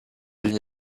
n’y